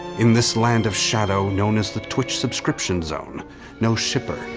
in this land of shadow known as the twitch subscription zone no shipper,